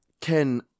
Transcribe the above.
Ken